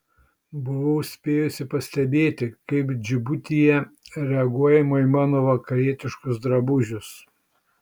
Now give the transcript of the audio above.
buvau spėjusi pastebėti kaip džibutyje reaguojama į mano vakarietiškus drabužius